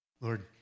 Lord